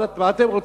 מה אתם רוצים,